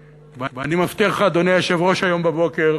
אדוני היושב-ראש, שהיום בבוקר